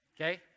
okay